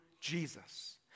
Jesus